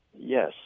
Yes